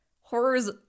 horror's